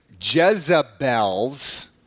Jezebel's